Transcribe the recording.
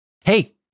Hey